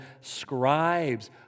scribes